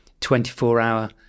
24-hour